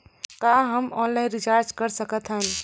का हम online recharge कर सकत हन?